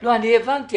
הבנתי.